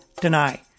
Deny